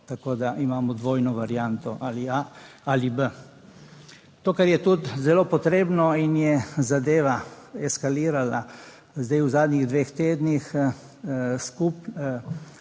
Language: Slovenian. Tako da imamo dvojno varianto ali a ali b. To, kar je tudi zelo potrebno in je zadeva eskalirala zdaj v zadnjih dveh tednih. Skupaj